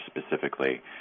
specifically